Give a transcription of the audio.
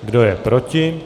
Kdo je proti?